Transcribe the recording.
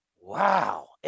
Wow